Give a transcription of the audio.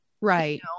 Right